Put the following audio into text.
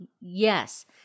Yes